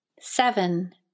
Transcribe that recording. Seven